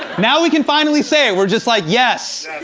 now we can finally say it, we're just like, yes,